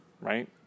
right